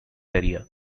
area